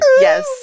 Yes